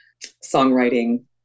songwriting